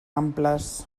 amples